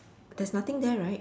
there's nothing there right